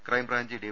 crime branch D